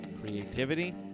creativity